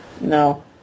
No